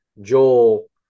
Joel